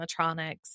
animatronics